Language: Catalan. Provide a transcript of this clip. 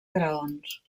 graons